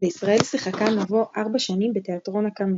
בישראל שיחקה נבו ארבע שנים בתיאטרון הקאמרי.